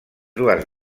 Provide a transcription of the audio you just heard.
dues